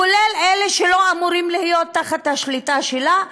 כולל אלה שלא אמורות להיות תחת השליטה שלה,